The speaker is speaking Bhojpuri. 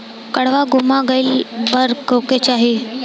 काडवा गुमा गइला पर का करेके चाहीं?